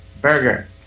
Burger